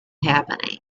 happening